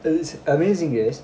there's this amazing race